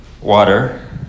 water